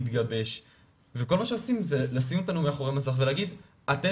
כל כיתות י"ב אחרי שהגבילו את היכולת שלנו לראות את החברים